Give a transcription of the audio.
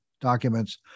documents